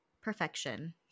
perfection